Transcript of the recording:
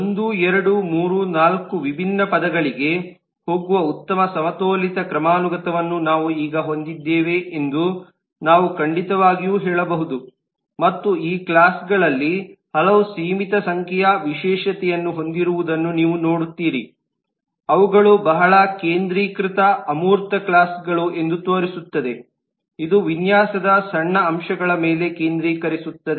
ಒಂದು ಎರಡು ಮೂರು ನಾಲ್ಕು ವಿಭಿನ್ನ ಪದರಗಳಿಗೆ ಹೋಗುವ ಉತ್ತಮ ಸಮತೋಲಿತ ಕ್ರಮಾನುಗತವನ್ನು ನಾವು ಈಗ ಹೊಂದಿದ್ದೇವೆ ಎಂದು ನಾವು ಖಂಡಿತವಾಗಿ ಹೇಳಬಹುದು ಮತ್ತು ಈ ಕ್ಲಾಸ್ಗಳಲ್ಲಿ ಹಲವು ಸೀಮಿತ ಸಂಖ್ಯೆಯ ವಿಶೇಷತೆಯನ್ನು ಹೊಂದಿರುವುದನ್ನು ನೀವು ನೋಡುತ್ತೀರಿ ಅವುಗಳು ಬಹಳ ಕೇಂದ್ರೀಕೃತ ಅಮೂರ್ತ ಕ್ಲಾಸ್ಗಳು ಎಂದು ತೋರಿಸುತ್ತದೆ ಇದು ವಿನ್ಯಾಸದ ಸಣ್ಣ ಅಂಶಗಳ ಮೇಲೆ ಕೇಂದ್ರೀಕರಿಸುತ್ತದೆ